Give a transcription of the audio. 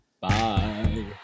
Bye